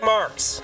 Marks